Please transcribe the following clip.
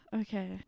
okay